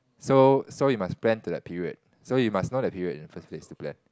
so so you must plan to that period so you must know that period in the first place to plan